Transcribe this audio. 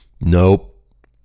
Nope